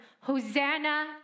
Hosanna